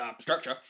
structure